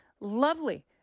lovely